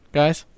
guys